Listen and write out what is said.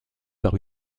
par